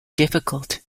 difficult